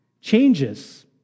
changes